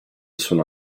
sono